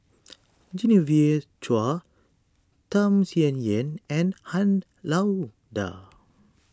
Genevieve Chua Tham Sien Yen and Han Lao Da